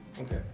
okay